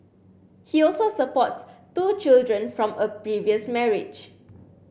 he also supports two children from a previous marriage